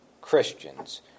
Christians